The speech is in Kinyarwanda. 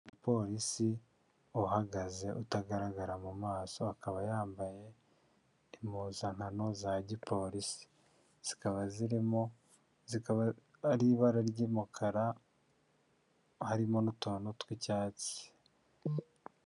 Umupolisi uhagaze utagaragara mu maso, akaba yambaye impuzankano za gipolisi, zikaba zirimo, zikzbz ari ibara ry'umukara, harimo n'utuntu tw'icyatsi.